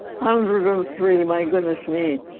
hundred and three, my goodness me.